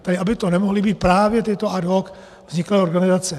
Tak aby to nemohly být právě tyto ad hoc vzniklé organizace.